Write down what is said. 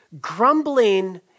Grumbling